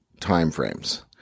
timeframes